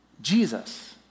Jesus